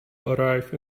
arrive